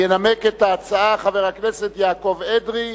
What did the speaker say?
ינמק את ההצעה חבר הכנסת יעקב אדרי,